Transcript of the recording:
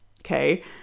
okay